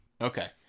Okay